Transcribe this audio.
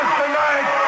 tonight